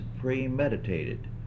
premeditated